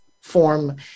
form